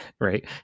Right